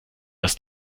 dass